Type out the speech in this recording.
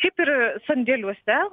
kaip ir sandėliuose